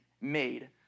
made